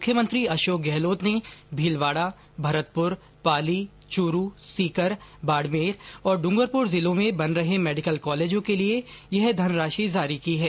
मुख्यमंत्री अशोक गहलोत ने भीलवाडा भरतपुर पाली चूरू सीकर बाडमेर और डूंगरपुर जिलों में बन रहे मेडिकल कॉलेजों के लिए यह धन राशि जारी की है